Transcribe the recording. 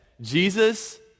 Jesus